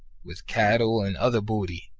with cattle and other booty,